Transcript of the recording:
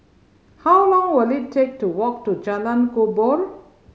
how long will it take to walk to Jalan Kubor